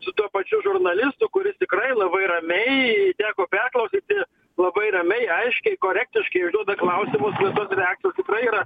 su tuo pačiu žurnalistu kuris tikrai labai ramiai teko perklausyti labai ramiai aiškiai korektiškai užduoda klausimus na tos reakcijos tikrai yra